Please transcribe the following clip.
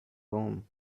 home